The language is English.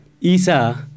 Isa